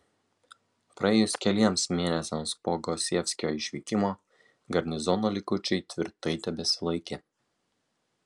praėjus keliems mėnesiams po gosievskio išvykimo garnizono likučiai tvirtai tebesilaikė